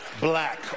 Black